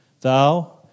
thou